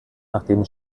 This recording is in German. nachdem